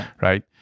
right